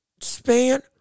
span